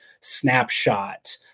snapshot